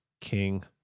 King